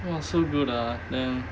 !wah! so good ah then